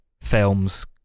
films